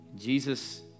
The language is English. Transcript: Jesus